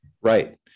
Right